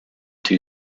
two